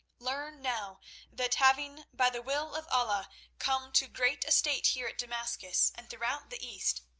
learn now that, having by the will of allah come to great estate here at damascus and throughout the east,